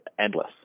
endless